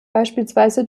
beispielsweise